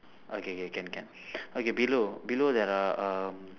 okay okay can can okay below below that are um